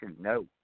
No